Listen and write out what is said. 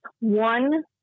one